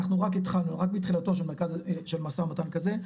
אנחנו רק התחלנו אנחנו רק בתחילתו של משא ומתן כזה,